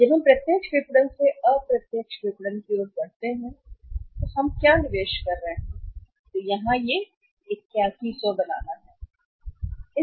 जब हम प्रत्यक्ष विपणन से अप्रत्यक्ष विपणन की ओर बढ़ रहे हैं तो हम क्या निवेश कर रहे हैं यहाँ पर बनाना 8100 है